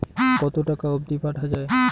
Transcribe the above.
কতো টাকা অবধি পাঠা য়ায়?